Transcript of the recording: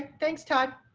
thanks, todd.